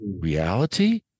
reality